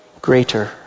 greater